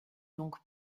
donc